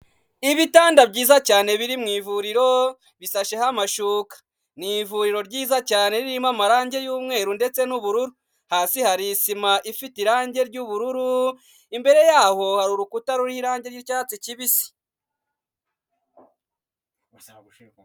Ibitanda byiza cyane biri mu ivuriro bisasheho amashuka, ni ivuriro ryiza cyane ririmo amarangi y'umweru ndetse n'ubururu, hasi hari isima ifite irangi ry'ubururu, imbere yaho hari urukuta ruriho irangi ry'icyatsi kibisi.